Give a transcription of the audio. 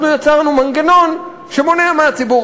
אנחנו יצרנו מנגנון שמונע מהציבור,